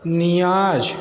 नियाज़